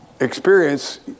experience